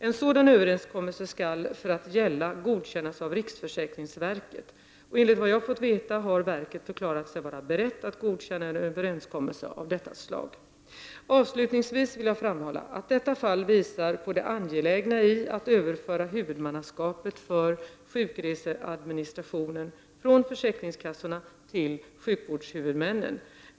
En sådan överenskommelse skall för att gälla godkännas av riksförsäkringsverket, och enligt vad jag fått veta har verket förklarat sig vara berett att godkänna en överenskommelse av detta slag. Avslutningsvis vill jag framhålla att detta fall visar på det angelägna i att överföra huvudmannaskapet för sjukreseadministrationen från försäkringskassorna till sjukvårdshuvudmännen.